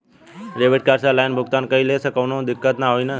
Debit card से online भुगतान कइले से काउनो दिक्कत ना होई न?